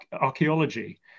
archaeology